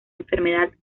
enfermedad